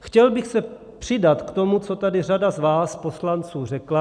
Chtěl bych se přidat k tomu, co tady řada z vás poslanců řekla.